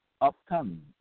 upcoming